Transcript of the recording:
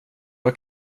vad